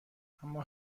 اما